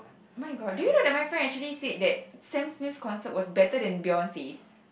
my god do you know that my friend actually said that Sam-Smith concert was better than Beyonce's